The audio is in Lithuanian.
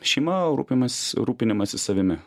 šeima rūpimas rūpinimasis savimi